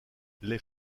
les